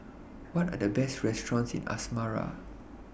What Are The Best restaurants in Asmara